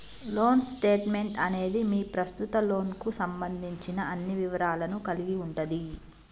loan statement అనేది మీ ప్రస్తుత లోన్కు సంబంధించిన అన్ని వివరాలను కలిగి ఉంటది